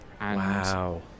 Wow